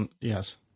Yes